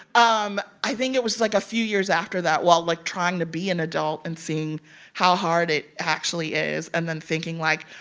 um i think it was like a few years after that while, like, trying to be an adult and seeing how hard it actually is and then thinking, like,